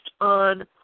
on